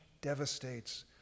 devastates